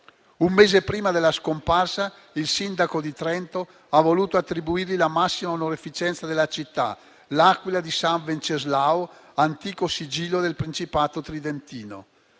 Un mese prima della scomparsa, il sindaco di Trento ha voluto attribuirgli la massima onorificenza della città, l'Aquila di San Venceslao, antico sigillo del Principato tridentino.